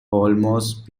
almost